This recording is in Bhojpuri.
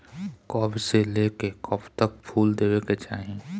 कब से लेके कब तक फुल देवे के चाही?